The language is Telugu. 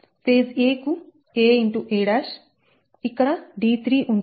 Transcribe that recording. ఫేజ్ a కు aa ఇక్కడ d3 ఉంటుంది